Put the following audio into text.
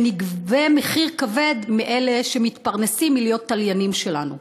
ונגבה מחיר כבד מאלה שמתפרנסים מלהיות תליינים שלנו.